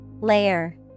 layer